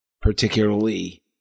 particularly